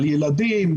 על ילדים,